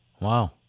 Wow